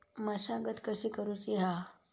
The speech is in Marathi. मशागत कशी करूची हा?